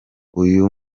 uyu